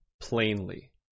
plainly